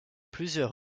plusieurs